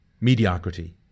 mediocrity